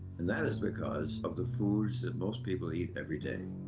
and that is because of the foods that most people eat every day.